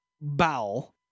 bowel